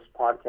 podcast